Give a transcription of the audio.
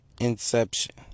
inception